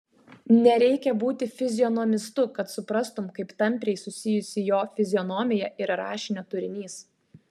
nereikia būti fizionomistu kad suprastum kaip tampriai susijusi jo fizionomija ir rašinio turinys